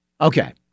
Okay